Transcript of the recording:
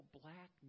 black